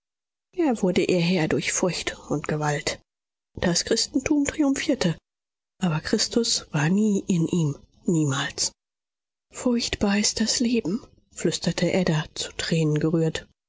er wurde ihr herr durch furcht und gewalt das christentum triumphierte aber christus war nie in ihm niemals furchtbar ist das leben flüsterte ada zu tränen gerührt